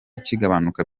kigabanuka